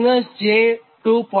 5 છે